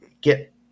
get